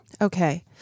Okay